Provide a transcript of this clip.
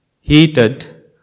heated